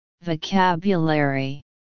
vocabulary